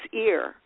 ear